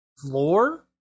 Floor